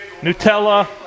Nutella